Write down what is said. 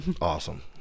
awesome